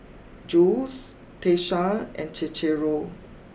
Jules Tiesha and Cicero